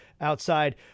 outside